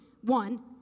one